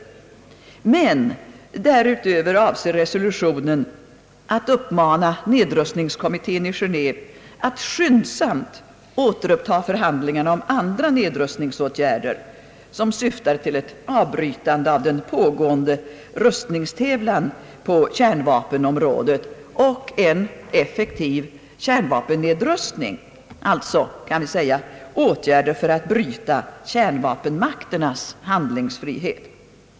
Men därutöver avser resolutionen att uppmana nedrustningskommittén i Geneve att skyndsamt återuppta förhandlingarna om andra nedrustningsåtgärder, syftande till att avbryta den pågående rustningstävlan på kärnvapenområdet och till en effektiv kärnvapennedrustning — alltså åtgärder för att bryta kärnvapenmakternas handlingsfrihet.